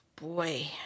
boy